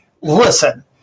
listen